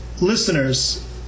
listeners